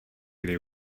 kdy